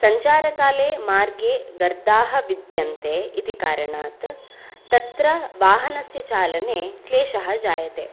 सञ्चारकाले मार्गे गर्ताः विद्यन्ते इति कारणात् तत्र वाहनस्य चालने क्लेशः जायते